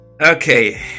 Okay